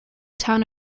town